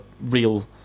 real